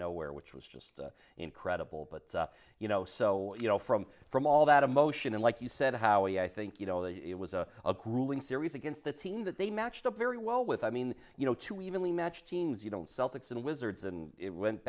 nowhere which was just incredible but you know so you know from from all that emotion and like you said howie i think you know that it was a grueling series against a team that they matched up very well with i mean you know two evenly matched teams you know celtics and wizards and it went